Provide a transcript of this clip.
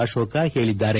ಅಶೋಕ ಹೇಳಿದ್ದಾರೆ